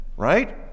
Right